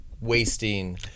wasting